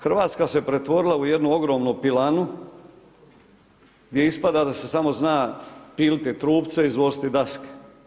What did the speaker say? Hrvatska se pretvorila u jednu ogromnu pilanu gdje ispada da se samo zna piliti trupce i izvoziti daske.